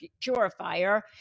purifier